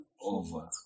over